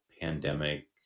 pandemic